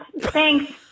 Thanks